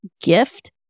gift